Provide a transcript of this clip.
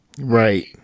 Right